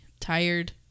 tired